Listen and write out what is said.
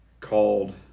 called